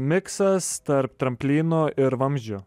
miksas tarp tramplyno ir vamzdžio